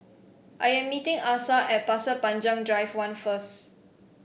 I am meeting Asa at Pasir Panjang Drive One first